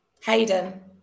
Hayden